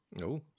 No